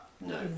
No